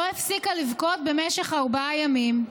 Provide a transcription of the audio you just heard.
לא הפסיקה לבכות במשך ארבעה ימים.